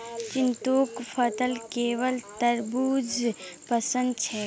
चिंटूक फलत केवल तरबू ज पसंद छेक